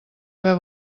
haver